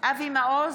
אבי מעוז,